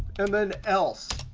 and then else.